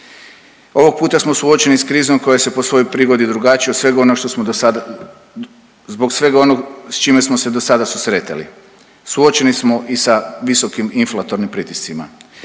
Ovog puta smo suočeni s krizom koja se po svojoj prigodi drugačija od svega onoga što smo zbog svega onoga s čime smo se do sada susretali. Suočeni smo i sa visokim inflatornim pritiscima.